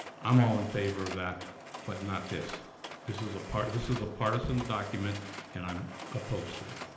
i'm all in favor of that but not this this is a part this is a partisan document and i'm opposed to it